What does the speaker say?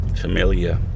familiar